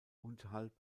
unterhalb